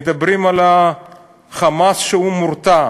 מדברים על "חמאס", שהוא מורתע.